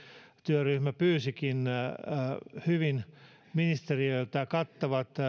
työryhmä pyysikin ministeriöltä hyvin kattavat